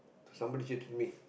so somebody cheated me